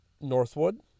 Northwood